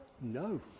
No